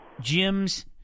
Jim's